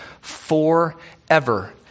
forever